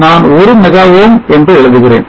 நான் ஒரு mega ohm என்று எழுதுகிறேன்